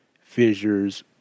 fissures